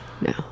no